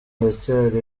ndacyari